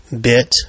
Bit